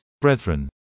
brethren